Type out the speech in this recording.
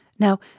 Now